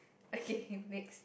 okay okay wait